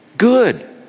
good